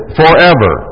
forever